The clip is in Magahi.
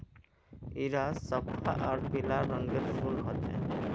इरा सफ्फा आर पीला रंगेर फूल होचे